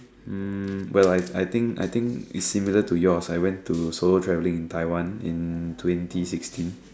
um well I I think I think is similar to yours I went to solo traveling in Taiwan in twenty sixteen